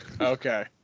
Okay